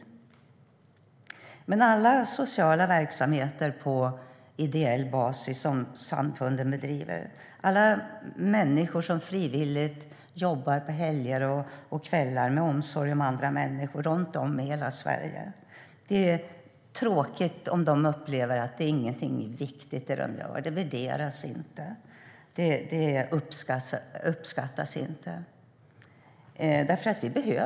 Jag tänker på alla sociala verksamheter på ideell basis som samfunden bedriver, på alla människor som frivilligt jobbar på helger och kvällar med omsorg om andra människor runt om i hela Sverige. Det är tråkigt om de upplever att det de gör inte är viktigt, inte värderas och inte uppskattas.